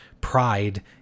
pride